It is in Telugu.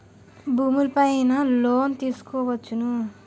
భూములు పైన లోన్ తీసుకోవచ్చును